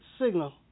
signal